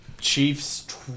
Chiefs